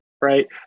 right